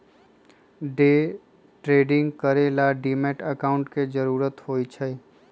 day trading करे ला demat account के जरूरत होई छई